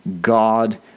God